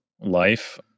life